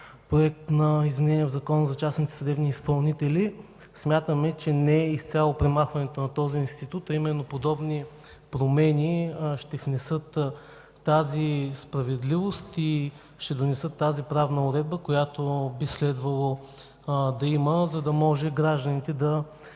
на изменение в Закона за частните съдебни изпълнители. Смятаме, че не изцяло премахването на този институт, а именно подобни промени ще внесат справедливост и ще донесат правната уредба, която би следвало да има, за да може гражданите да